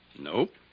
Nope